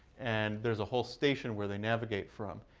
and there's a whole station where they navigate from.